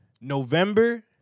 November